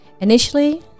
Initially